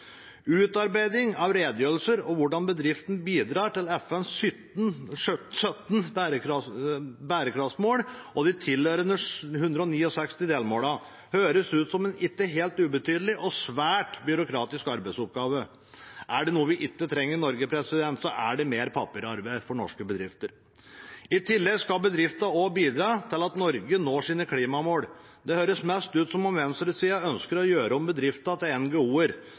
Utarbeiding av redegjørelser for hvordan bedriften bidrar til FNs 17 bærekraftsmål og de tilhørende 169 delmålene høres ut som en ikke helt ubetydelig og svært byråkratisk arbeidsoppgave. Er det noe vi ikke trenger i Norge, er det mer papirarbeid for norsk bedrifter. I tillegg skal bedriftene også bidra til at Norge når sine klimamål. Det høres mest ut som om venstresida ønsker å gjøre om bedriftene til